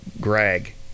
Greg